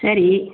சரி